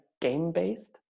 game-based